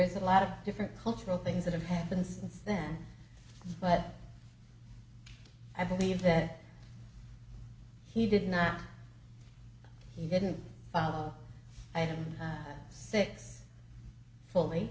is a lot of different cultural things that have happened since then but i believe that he did not he didn't have them six fully